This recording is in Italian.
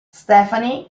stephanie